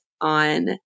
on